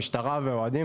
המשטרה והאוהדים,